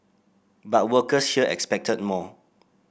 but workers here expected more